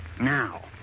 Now